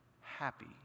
happy